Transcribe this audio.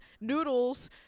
noodles